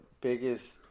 biggest